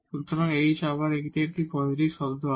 সুতরাং h আবার এটি একটি পজিটিভ টার্ম হবে